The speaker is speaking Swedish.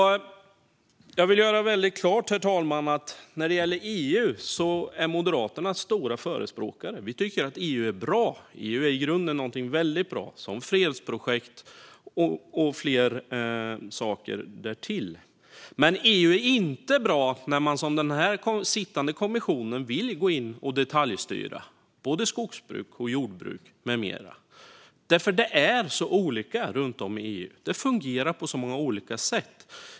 Jag vill göra väldigt klart, herr talman, att Moderaterna är stora förespråkare för EU. Vi tycker att EU är bra. EU är i grunden väldigt bra som fredsprojekt och flera andra saker, men EU är inte bra när man som den sittande kommissionen vill gå in och detaljstyra skogsbruk och jordbruk med mera. Det är nämligen så olika runt om i EU. Det fungerar på många olika sätt.